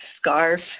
scarf